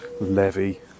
levy